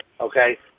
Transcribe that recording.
Okay